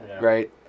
right